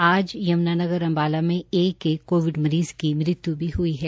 आज यमुनानगर अम्बाला में एक एक कोविड मरीज़ की मृत्यु भी हुई है